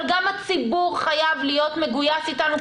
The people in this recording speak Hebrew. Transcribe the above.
אבל גם הציבור חייב להיות מגויס איתנו,